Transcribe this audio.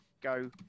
Go